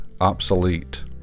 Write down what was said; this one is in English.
obsolete